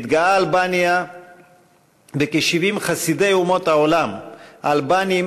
מתגאה אלבניה בכ-70 חסידי אומות העולם אלבנים